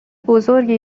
بزرگی